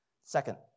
Second